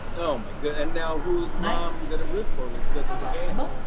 oh, my good and now who is mom going to root for when she goes to the games?